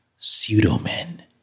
Pseudo-men